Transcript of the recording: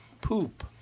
poop